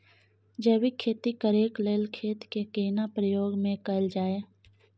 जैविक खेती करेक लैल खेत के केना प्रयोग में कैल जाय?